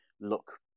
look